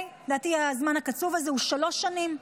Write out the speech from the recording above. לדעתי הזמן הקצוב הזה הוא שלוש שנים.